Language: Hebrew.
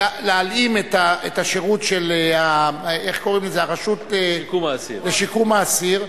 להלאים את הרשות לשיקום האסיר.